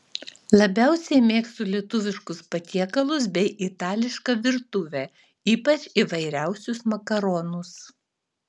labiausiai mėgstu lietuviškus patiekalus bei itališką virtuvę ypač įvairiausius makaronus